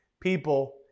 people